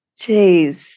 Jeez